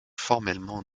formellement